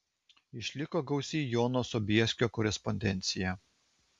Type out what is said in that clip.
išliko gausi jono sobieskio korespondencija